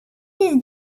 his